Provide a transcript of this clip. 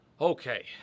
Okay